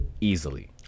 easily